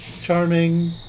charming